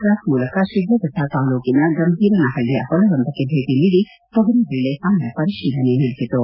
cross ಮೂಲಕ ಶಿಡ್ಡಫಟ್ಟ ತಾಲೂಕಿನ ಗಂಭೀರನಹಳ್ಳಿಯ ಹೊಲವೊಂದಕ್ಕೆ ಭೇಟಿ ನೀಡಿ ತೊಗರಿಬೆಳೆ ಪಾನಿಯ ಪರಿಶೀಲನೆ ನಡೆಸಿತು